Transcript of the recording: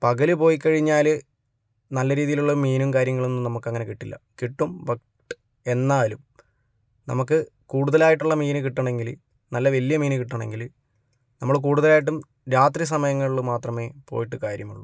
പകല് പോയി കഴിഞ്ഞാല് നല്ല രീതിയിലുള്ള മീനും കാര്യങ്ങളും ഒന്നും നമുക്കങ്ങനെ കിട്ടില്ല കിട്ടും ബട്ട് എന്നാലും നമുക്ക് കൂടുതലായിട്ടുള്ള മീന് കിട്ടണമെങ്കില് നല്ല വലിയ മീന് കിട്ടണമെങ്കില് നമ്മള് കൂടുതലായിട്ടും രാത്രി സമയങ്ങളിലും മാത്രമേ പോയിട്ട് കാര്യമുള്ളൂ